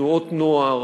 תנועות נוער,